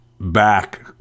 back